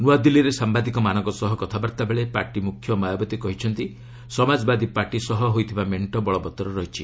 ନ୍ତଆଦିଲ୍ଲୀରେ ସାମ୍ବାଦିକମାନଙ୍କ ସହ କଥାବାର୍ତ୍ତା ବେଳେ ପାର୍ଟି ମ୍ରଖ୍ୟ ମାୟାବତୀ କହିଛନ୍ତି ସମାଜବାଦୀ ପାର୍ଟି ସହ ହୋଇଥିବା ମେଣ୍ଟ ବଳବତ୍ତର ରହିଛି